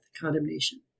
condemnation